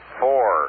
four